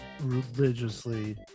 religiously